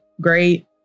great